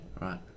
right